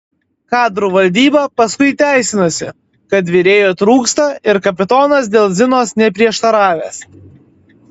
kadrų valdyba paskui teisinosi kad virėjų trūksta ir kapitonas dėl zinos neprieštaravęs